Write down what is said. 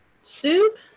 soup